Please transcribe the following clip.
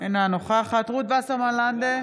אינה נוכחת רות וסרמן לנדה,